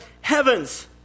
heavens